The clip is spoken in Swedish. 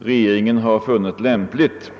regeringen funnit lämpligt.